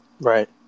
Right